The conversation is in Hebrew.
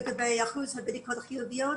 לגבי אחוז הבדיקות החיוביות.